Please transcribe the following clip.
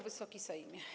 Wysoki Sejmie!